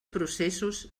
processos